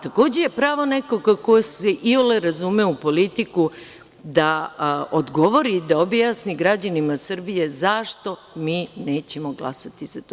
Takođe je pravo nekoga ko se iole razume u politiku da odgovori, da objasni građanima Srbije zašto mi nećemo glasati za to.